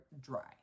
dry